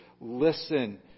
listen